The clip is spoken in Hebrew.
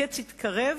הקץ יתקרב